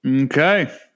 okay